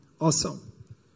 awesome